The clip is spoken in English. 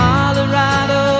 Colorado